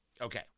Okay